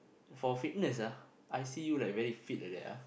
for fitness ah I see you like very fit like that ah